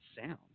sound